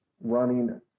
running